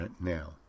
now